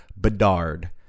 Bedard